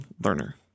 learner